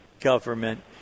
government